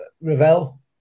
Ravel